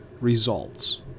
results